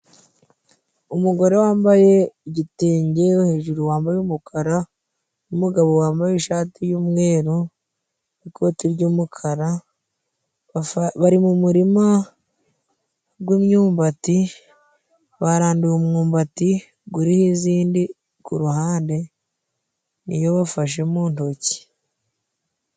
Umugore wambaye igitenge hejuru, wambaye umukara, n’umugabo wambaye ishati y’umweru n’ikoti ry’umukara, bari mu murima gw’imyumbati. Baranduye umwumbati guriho izindi ku ruhande, iyo bafashe mu ntoki.